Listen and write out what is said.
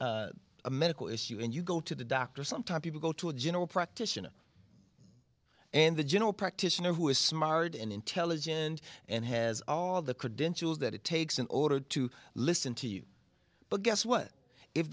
a medical issue and you go to the doctor sometimes you go to a general practitioner and the general practitioner who is smart and intelligent and has all the credentials that it takes in order to listen to you but guess what if